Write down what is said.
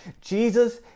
Jesus